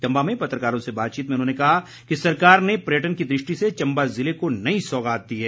चम्बा में पत्रकारों से बातचीत में उन्होंने कहा कि सरकार ने पर्यटन की दृष्टि से चम्बा ज़िले को नई सौगात दी है